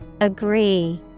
Agree